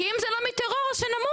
כי אם זה לא מטרור אז שנמות.